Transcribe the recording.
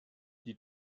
die